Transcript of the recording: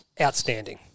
Outstanding